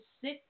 sit